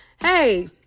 hey